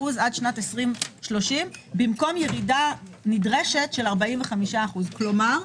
עד שנת 2030 במקום ירידה נדרשת של 45%. כלומר,